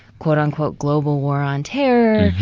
quote, unquote, global war on terror.